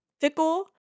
fickle